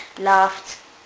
laughed